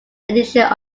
edition